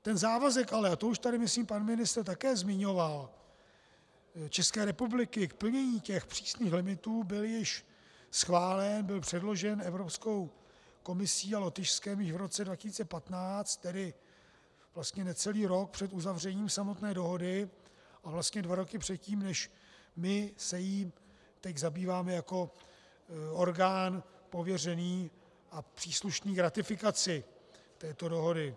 Ten závazek ale, a to už tady myslím pan ministr také zmiňoval, České republiky k plnění těch přísných limitů byl již schválen, byl předložen Evropskou komisí a Lotyšskem již v roce 2015, tedy vlastně necelý rok před uzavřením samotné dohody, a vlastně dva roky předtím, než my se jí teď zabýváme jako orgán pověřený a příslušný k ratifikaci této dohody.